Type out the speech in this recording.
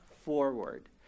forward